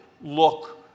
look